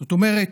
זאת אומרת,